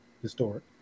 Historic